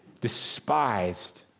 despised